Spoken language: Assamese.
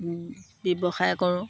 ব্যৱসায় কৰোঁ